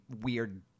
weird